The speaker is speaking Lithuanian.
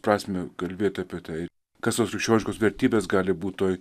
prasmę kalbėt apie tai kas tos krikščioniškos vertybės gali būti toj